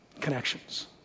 connections